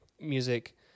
music